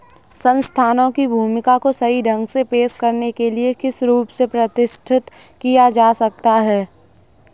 संस्थानों की भूमिका को सही ढंग से पेश करने के लिए किस रूप से प्रतिष्ठित किया जा सकता है?